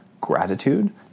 gratitude